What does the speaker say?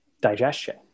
digestion